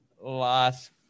last